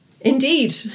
indeed